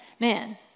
Man